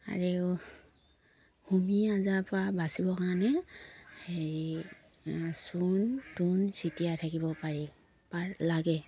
আৰু হুমি আজাৰৰ পৰা বাচিবৰ কাৰণে হেৰি চূণ তুণ ছিটিয়াই থাকিব পাৰি পাৰ লাগে